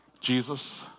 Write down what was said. Jesus